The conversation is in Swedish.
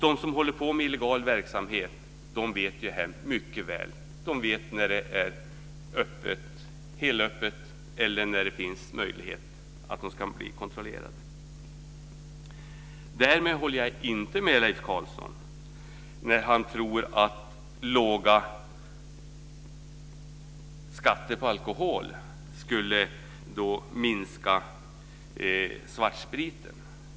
De som håller på med illegal verksamhet känner väl till detta. De vet när det är helgöppet eller när det kan bli kontroll. Däremot håller jag inte med Leif Carlson när han tror att låga skatter på alkohol skulle minska mängden svartsprit.